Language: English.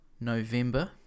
November